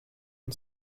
and